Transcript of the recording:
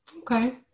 Okay